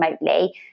remotely